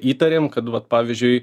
įtarėm kad vat pavyzdžiui